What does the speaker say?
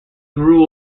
grew